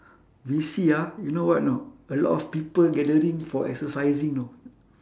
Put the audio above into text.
we see ah you know what you know a lot of people gathering for exercising know